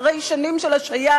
אחרי שנים של השהיה,